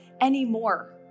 anymore